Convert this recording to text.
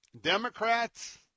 Democrats